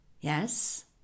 Yes